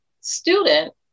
student